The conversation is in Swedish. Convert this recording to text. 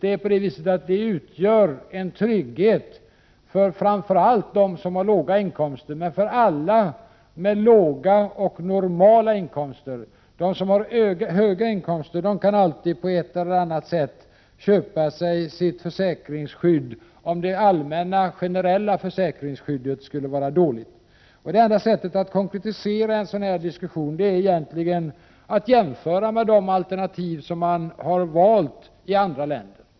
Detta system utgör en trygghet för framför allt dem som har låga och normala inkomster. De som har höga inkomster kan alltid på ett eller annat sätt köpa sig sitt försäkringsskydd om det allmänna försäkringsskyddet skulle vara dåligt. Det enda sättet att konkretisera en sådan här diskussion är att jämföra med de alternativ som andra länder har valt.